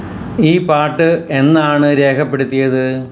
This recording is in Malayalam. ഈ പാട്ട് എന്നാണ് രേഖപ്പെടുത്തിയത്